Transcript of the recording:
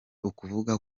ukuvuga